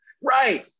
Right